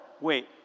Wait